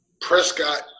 Prescott